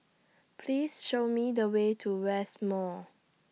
Please Show Me The Way to West Mall